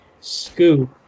scoop